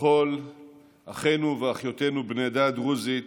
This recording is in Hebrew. לכל אחינו ואחיותינו בני העדה הדרוזית